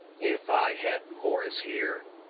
if i had morris here,